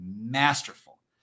masterful